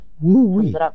Woo-wee